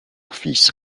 fils